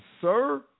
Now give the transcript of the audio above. sir